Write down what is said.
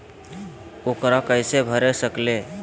ऊकरा कैसे भर सकीले?